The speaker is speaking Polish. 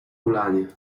polanie